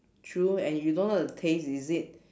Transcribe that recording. true and you don't know the taste is it